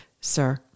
sir